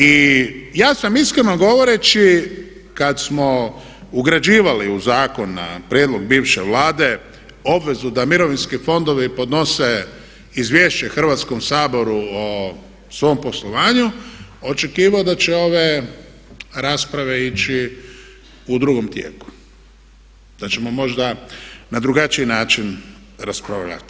I ja sam iskreno govoreći kad smo ugrađivali u zakon prijedlog bivše Vlade obvezu da mirovinski fondovi podnese izvješće Hrvatskom saboru o svom poslovanju očekivao da će ove rasprave ići u drugom tjednu, da ćemo možda na drugačiji način raspravljati.